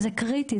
וזה קריטי,